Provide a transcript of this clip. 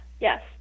yes